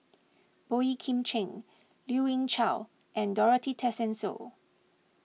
Boey Kim Cheng Lien Ying Chow and Dorothy Tessensohn